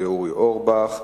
זבולון אורלב.